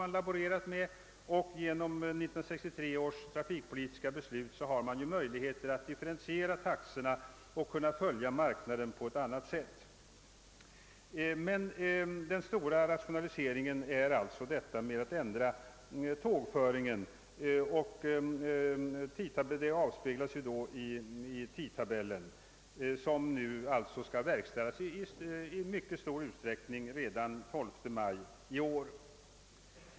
Genom 1963 års trafikpolitiska beslut har man möjlighet att differentiera taxorna och att kunna anpassa sig till marknaden på ett annat sätt. Den stora rationaliseringen är dock ändringar i tågföringen, vilka avspeglar sig i tidtabellen och vilka i mycket stor utsträckning skall verkställas redan den 12 maj i år.